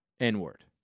N-word